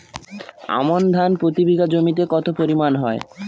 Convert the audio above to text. আমন ধান প্রতি বিঘা জমিতে কতো পরিমাণ হয়?